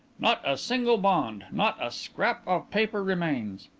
not a single bond not a scrap of paper remains.